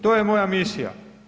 To je moja misija.